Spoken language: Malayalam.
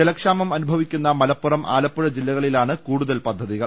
ജലക്ഷാമം അനുഭവിക്കുന്ന മലപ്പുറം ആല പ്പുഴ ജില്ലകളിലാണ് കൂടുതൽ പദ്ധതികൾ